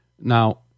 Now